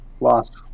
Lost